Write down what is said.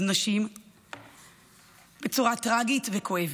סיימו את חייהן עוד נשים בצורה טרגית וכואבת,